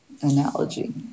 analogy